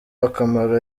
akamaro